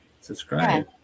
subscribe